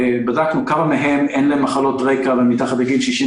בדקנו לכמה מהם אין מחלות רקע והם מתחת לגיל 67